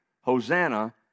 Hosanna